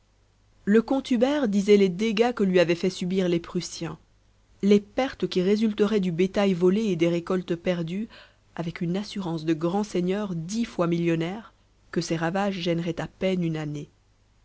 le comte hubert disait les dégâts que lui avaient fait subir les prussiens les pertes qui résulteraient du bétail volé et des récoltes perdues avec une assurance de grand seigneur dix fois millionnaire que ces ravages gêneraient à peine une année